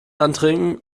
antrinken